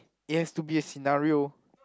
it has to be a scenario